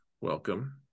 Welcome